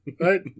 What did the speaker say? Right